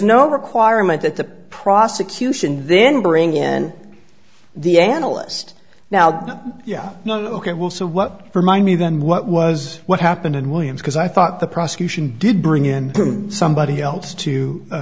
no requirement that the prosecution then bring in the analyst now yeah ok well so what remind me then what was what happened in williams because i thought the prosecution did bring in somebody